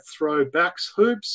throwbackshoops